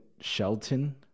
Shelton